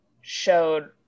showed